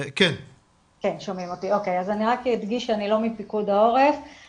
אז תודה על המעורבות החשובה הזאת.